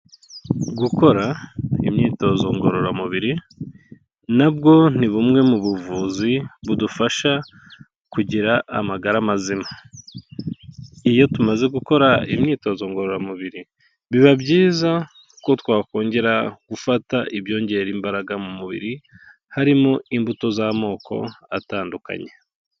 Gukora imyitozo ngororamubiri na bwo ni bumwe mu buvuzi budufasha kugira amagara mazima. Iyo tumaze gukora imyitozo ngororamubiri biba byiza ko twakongera gufata ibyongera imbaraga mu mubiri, harimo imbuto z'amoko atandukanye.